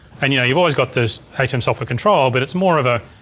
and you know you've always got the atem software control, but it's more of a,